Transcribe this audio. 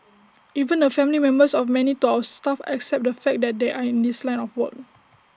even the family members of many door staff accept the fact that they are in this line of work